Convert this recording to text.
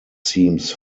seems